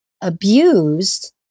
abused